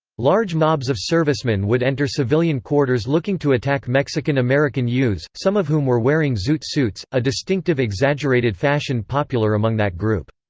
large mobs of servicemen would enter civilian quarters looking to attack mexican american youths, some of whom were wearing zoot suits, a distinctive exaggerated fashion popular among that group.